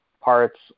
parts